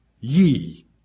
ye